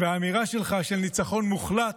והאמירה שלך על ניצחון מוחלט,